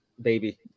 baby